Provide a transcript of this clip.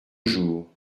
jours